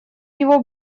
его